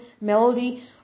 melody